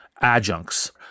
adjuncts